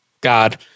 God